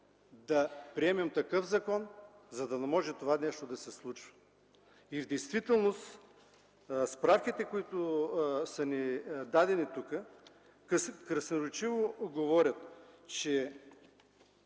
да приемем такъв закон, за да не може това да се случи. В действителност справките, които са ни дадени, красноречиво говорят: от